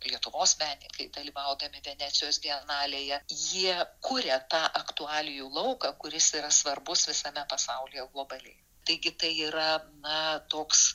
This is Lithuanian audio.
lietuvos menininkai dalyvaudami venecijos bienalėje jie kuria tą aktualijų lauką kuris yra svarbus visame pasaulyje globaliai taigi tai yra na toks